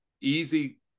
easy